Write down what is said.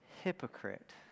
hypocrite